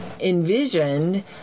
envisioned